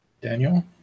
Daniel